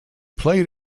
played